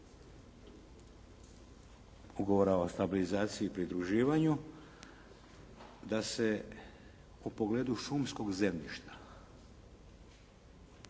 Ugovora o stabilizaciji i pridruživanju da se u pogledu šumskog zemljišta